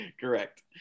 Correct